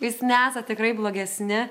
jūs nesate tikrai blogesni